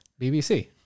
BBC